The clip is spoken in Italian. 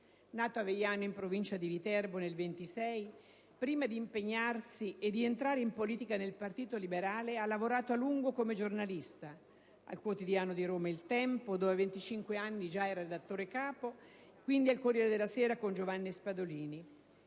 Nato a Vejano, in provincia di Viterbo, nel 1926, prima di impegnarsi e di entrare in politica, nel Partito Liberale, ha lavorato a lungo come giornalista: al quotidiano di Roma «Il Tempo», dove a 25 anni era già redattore capo; quindi al «Corriere della Sera», con Giovanni Spadolini.